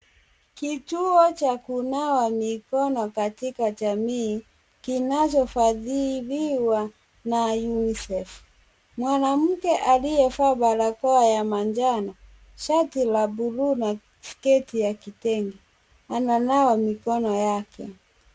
Kituo cha kunawa mikono katika jamii kinachofadhiliwa na UNICEF. Mwanamke aliyevaa barakoa ya manjano, shati la bluu na sketi ya kitenge ananawa mikono yake.